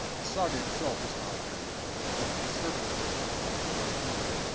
the saga itself is not very old, but it's certainly based on some older material,